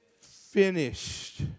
finished